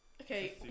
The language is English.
okay